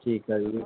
ਠੀਕ ਹੈ ਜੀ